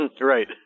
Right